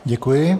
Děkuji.